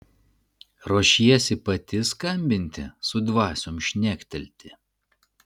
ruošiesi pati skambinti su dvasiom šnektelti